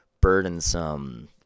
burdensome